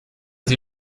sie